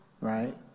Right